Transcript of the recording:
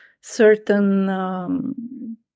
certain